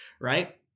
right